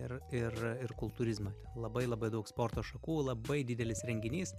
ir ir ir kultūrizmą labai labai daug sporto šakų labai didelis renginys